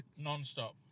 non-stop